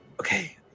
okay